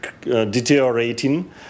deteriorating